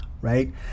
Right